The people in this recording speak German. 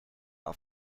auf